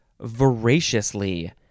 voraciously